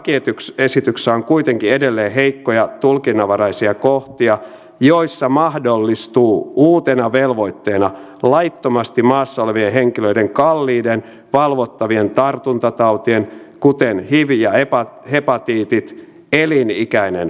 lakiesityksessä on kuitenkin edelleen heikkoja tulkinnanvaraisia kohtia joissa mahdollistuu uutena velvoitteena laittomasti maassa olevien henkilöiden kalliiden valvottavien tartuntatautien kuten hiv ja hepatiitit elinikäinen hoito